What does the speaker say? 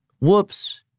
whoops